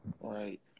Right